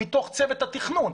מתוך צוות התכנון,